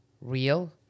real